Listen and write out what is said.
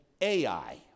Ai